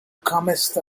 comest